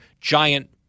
giant